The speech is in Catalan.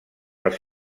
els